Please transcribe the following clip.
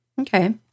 Okay